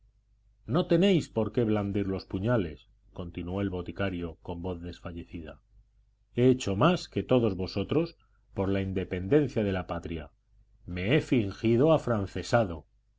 no tenéis por qué blandir los puñales continuó el boticario con voz desfallecida he hecho más que todos vosotros por la independencia de la patria me he fingido afrancesado